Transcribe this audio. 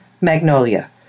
Magnolia